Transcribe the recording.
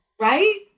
Right